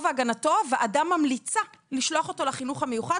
הוועדה ממליצה לשלוח אותו לחינוך המיוחד,